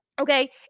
Okay